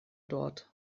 dort